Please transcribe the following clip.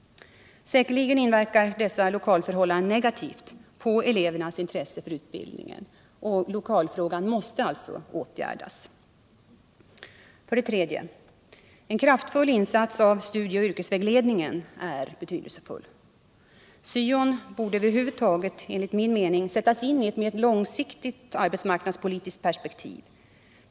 Säkerligen inverkar dessa lokalförhållanden negativt på elevernas intresse för utbildningen. Lokalfrågan måste alltså åtgärdas. 3. En kraftfull insats av studieoch yrkesvägledningen är betydelsefull. Syon borde över huvud enligt min mening sättas in i ett mer långsiktigt arbetsmarknadspolitiskt perspektiv.